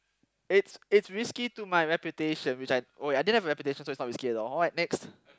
it's it's risky to my reputation which I oh I didn't have a reputation so it's not risky at all alright next